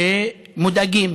שמודאגים